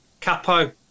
Capo